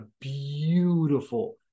beautiful